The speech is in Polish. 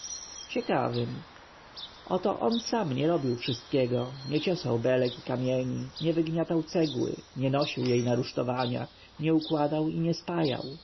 ciekawym oto on sam nie robił wszystkiego nie ciosał belek i kamieni nie wygniatał cegły nie nosił jej na rusztowania nie układał i nie